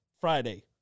Friday